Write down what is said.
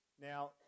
Now